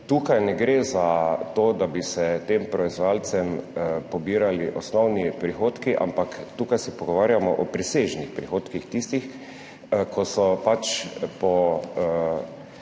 Tukaj ne gre za to, da bi se tem proizvajalcem pobirali osnovni prihodki, ampak se tukaj pogovarjamo o presežnih prihodkih tistih, ko so pač po